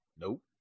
nope